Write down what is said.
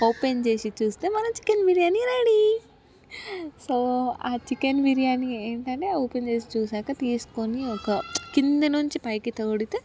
open చేసి చూస్తే మన చికెన్ బిర్యానీ రెడీ సో ఆ చికెన్ బిర్యానీ వెంటనే ఓపెన్ చేసి చూశాక తీసుకొని ఒక కింద నుంచి పైకి తోడితే